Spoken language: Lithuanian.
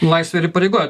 laisvė ir įpareigoja